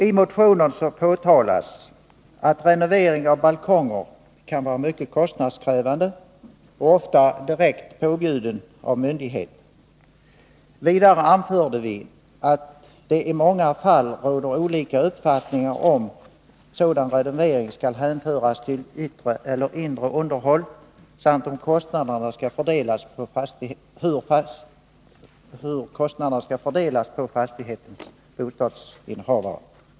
I motionen påtalas att renovering av balkonger kan vara mycket kostnadskrävande och ofta direkt påbjuden av myndighet. Vidare anför vi att det i många fall råder olika uppfattningar om huruvida sådan renovering skall hänföras till yttre eller inre underhåll samt hur kostnaderna skall fördelas på fastighetens bostadsinnehavare.